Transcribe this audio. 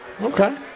okay